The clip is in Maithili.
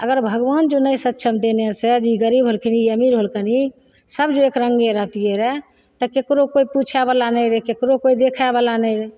अगर भगवान जँ नहि सक्षम देने से जे ई गरीब होलकनि ई अमीर होलकनि सब जे एक रङ्गे रहतियै रऽ तऽ ककरो कोइ पूछयवला नहि रहय ककरो कोइ देखयवला नहि रहय